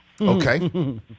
Okay